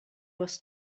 was